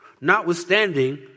Notwithstanding